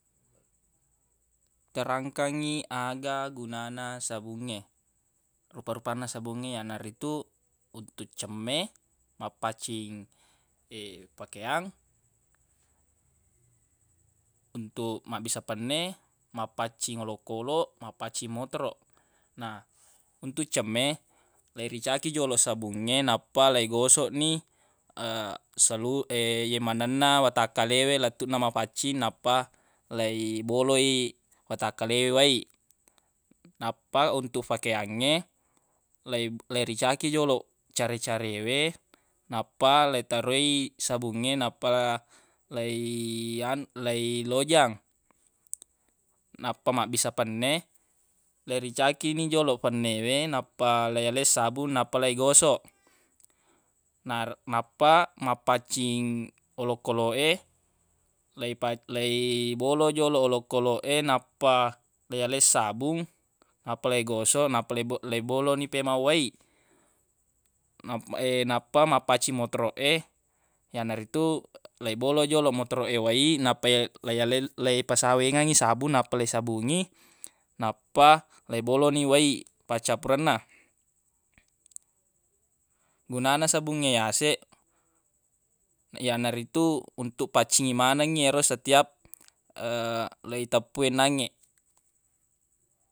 Tarangkangngi aga gunana sabungnge rupa-rupanna sabungnge yanaritu untuq cemme mappaccing pakeang untuq mabbissa penne mappaccing olokoloq mappaccing motoroq na untuq cemme leirica ki joloq sabungnge nappa leigosoq ni selu- ye manenna watakkale we lettuq na mafaccing nappa leibolo i watakkale we wai nappa untuq fakeangnge lei- leiricaki joloq care-care we nappa leitaroi sabungnge nappa leiyan- leilojang nappa mabbissa penne leiricaki ni joloq fenne we nappa yaleng sabung nappa leigosoq nar- nappa mappaccing olokoloq e leipa- leibolo joloq olokoloq e nappa leiyaleng sabung nappa leigosoq nappa leibo- leibolo ni pemeng wai nap- nappa mappacing motoroq e yanaritu leibolo joloq motoroq e wai nappa ya- leipasawengeng sabung nappa leisabungi nappa leibolo ni wai paccappurenna gunana sabungnge yaseq na yanaritu untuq paccingi manengi ero setiap leiteppu e nangnge.